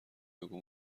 بگو